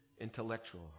intellectual